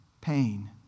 pain